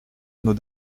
nos